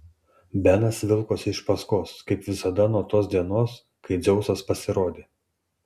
benas vilkosi iš paskos kaip visada nuo tos dienos kai dzeusas pasirodė